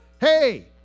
Hey